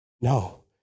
No